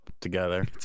together